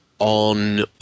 On